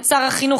את שר החינוך.